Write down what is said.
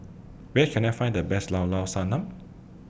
Where Can I Find The Best Llao Llao Sanum